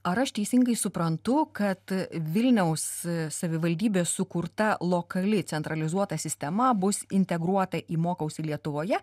ar aš teisingai suprantu kad vilniaus savivaldybės sukurta lokali centralizuota sistema bus integruota į mokausi lietuvoje